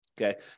Okay